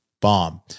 bomb